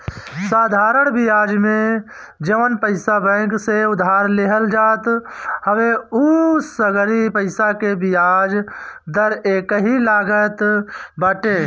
साधरण बियाज में जवन पईसा बैंक से उधार लेहल जात हवे उ सगरी पईसा के बियाज दर एकही लागत बाटे